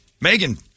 Megan